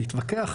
להתווכח,